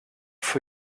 for